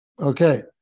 Okay